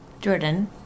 Jordan